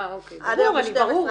עד היום ב-12:00.